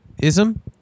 Ism